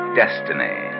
destiny